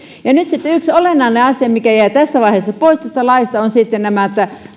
nyt sitten yksi olennainen asia mikä jäi tässä vaiheessa pois tästä laista ovat nämä